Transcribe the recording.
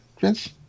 Vince